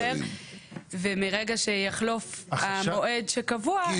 ומרגע שיחלוף המועד שקבוע,